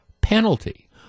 penalty